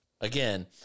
Again